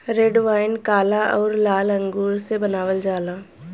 red wine काला आउर लाल अंगूर से बनावल जाला